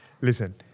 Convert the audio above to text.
listen